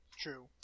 True